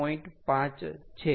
5 છે